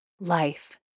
life